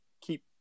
keep